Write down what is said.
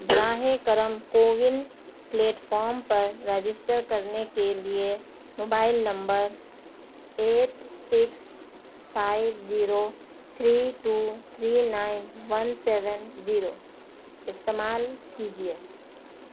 براہ کرم کوون پلیٹ فارم پر رجسٹر کرنے کے لیے mobile number eight six five zero three two three nine one seven zero استعمال کیجیے